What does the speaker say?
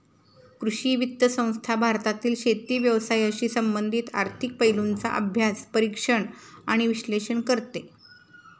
कृषी वित्त संस्था भारतातील शेती व्यवसायाशी संबंधित आर्थिक पैलूंचा अभ्यास, परीक्षण आणि विश्लेषण करते